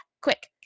quick